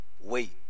wait